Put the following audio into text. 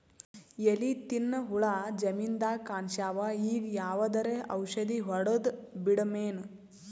ಎಲಿ ತಿನ್ನ ಹುಳ ಜಮೀನದಾಗ ಕಾಣಸ್ಯಾವ, ಈಗ ಯಾವದರೆ ಔಷಧಿ ಹೋಡದಬಿಡಮೇನ?